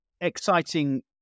exciting